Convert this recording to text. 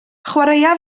chwaraea